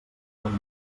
lluny